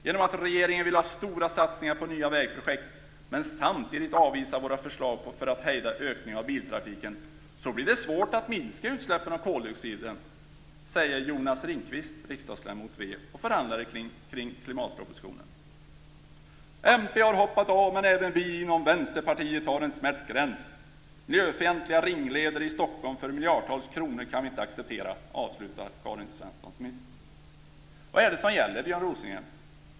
'Genom att regeringen vill ha stora satsningar på nya vägprojekt men samtidigt avvisar våra förslag för att hejda ökningen av biltrafiken så blir det svårt att minska utsläppen av koldioxid,' säger Jonas 'Mp har hoppat av men även vi inom vänsterpartiet har en smärtgräns. Miljöfientliga ringleder i Stockholm för miljardtals kronor kan vi inte acceptera,' avslutar Karin Svensson Smith." Vad är det som gäller, Björn Rosengren?